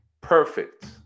perfect